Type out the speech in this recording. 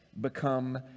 become